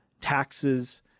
taxes